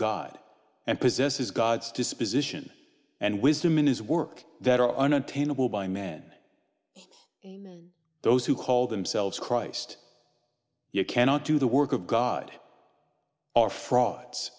god and possesses god's disposition and wisdom in his work that are unattainable by man those who call themselves christ you cannot do the work of god are frauds